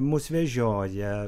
mus vežioja